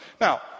Now